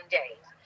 days